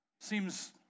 Seems